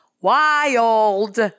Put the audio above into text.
wild